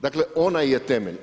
Dakle, ona je temelj.